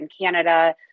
Canada